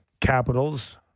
Capitals